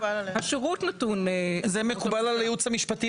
השרות נתון --- זה מקובל על הייעוץ המשפטי,